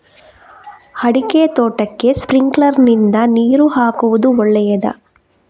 ಅಡಿಕೆ ತೋಟಕ್ಕೆ ಸ್ಪ್ರಿಂಕ್ಲರ್ ನಿಂದ ನೀರು ಹಾಕುವುದು ಒಳ್ಳೆಯದ?